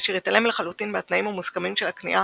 אשר התעלם לחלוטין מהתנאים המוסכמים של הכניעה,